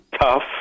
tough